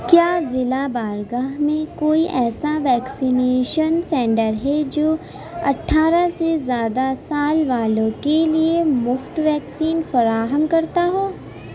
کیا ضلع بارگاہ میں کوئی ایسا ویکسینیشن سینٹر ہے جو اٹھارہ سے زیادہ سال والوں کے لیے مفت ویکسین فراہم کرتا ہو